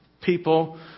people